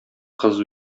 кыз